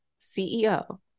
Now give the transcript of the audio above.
CEO